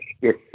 yes